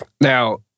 Now